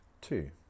two